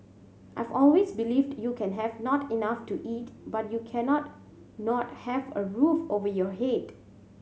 I've always believed you can have not enough to eat but you cannot not have a roof over your head